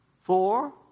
four